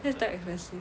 that's damn expensive